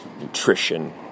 nutrition